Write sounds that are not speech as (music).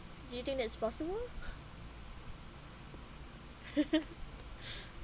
do you think that's possible (laughs)